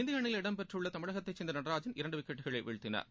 இந்திய அணியில் இடம்பெற்றுள்ள தமிழகத்தைச் சேர்ந்த நடராஜன் இரண்டு விக்கெட்களை வீழ்த்தினார்